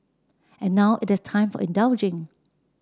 and now it is time for indulging